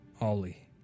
Ollie